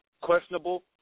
questionable